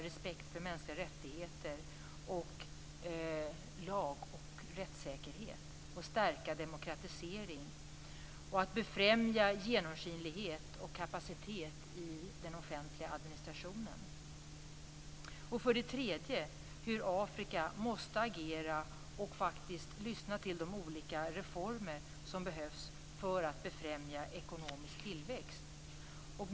Respekt för mänskliga rättigheter, lag och rättssäkerhet måste förmedlas. Demokratiseringen måste stärkas. Genomskinlighet och kapacitet i den offentliga administrationen måste befrämjas. För det tredje måste Afrika agera och lyssna till de olika reformer som behövs för att befrämja ekonomisk tillväxt.